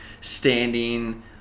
standing